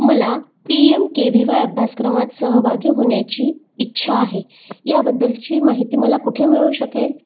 मला P M K V Y अभ्यासक्रमात सहभागी होण्याची इच्छा आहे याबद्दलची माहिती मला कुठे मिळू शकेल